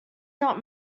not